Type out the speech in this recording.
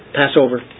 Passover